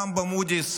גם במודי'ס